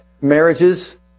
marriages